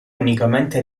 unicamente